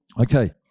Okay